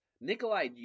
Nikolai